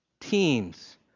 teens